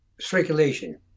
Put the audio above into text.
circulation